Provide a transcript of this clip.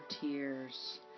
tears